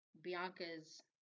Bianca's